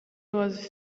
was